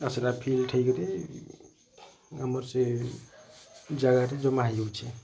ସେଟା ଫିର ଠିକ୍ରେ ଆମର ସେଇ ଜାଗାରେ ଜମା ହୋଇ ଯାଉଛେ